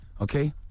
Okay